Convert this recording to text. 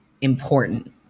important